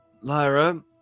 Lyra